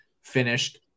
finished